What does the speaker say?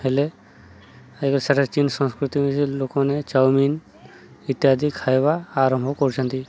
ହେଲେ ଆଜିକାଲି ସେଇଟା ଚୀନ୍ ସଂସ୍କୃତି ଲୋକମାନେ ଚାଓମିନ୍ ଇତ୍ୟାଦି ଖାଇବା ଆରମ୍ଭ କରୁଛନ୍ତି